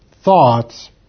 thoughts